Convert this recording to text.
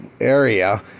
area